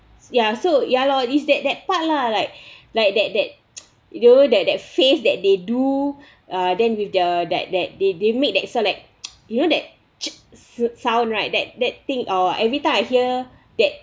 ya so ya lor this that that part lah like like that that you know that that face that they do uh then with their that that they they made that select you know that chit right that that thing our everytime I hear that